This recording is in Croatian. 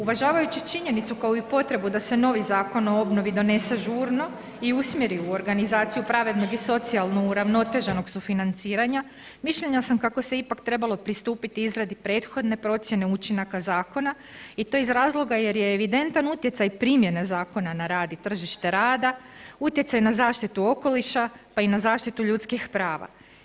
Uvažavajući činjenicu kao i potrebu da se novi Zakon o obnovi donese žurno i usmjeri u organizaciju pravednog i socijalno uravnoteženog sufinanciranja mišljenja sam kako se ipak trebalo pristupiti izradi prethodne procijene učinaka zakona i to iz razloga jer je evidentan utjecaj primjene zakona na rad i tržište rada, utjecaj na zaštitu okoliša, pa i na zaštitu ljudskih prava.